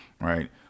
right